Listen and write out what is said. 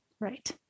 Right